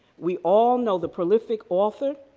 we all know the prolific author,